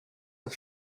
das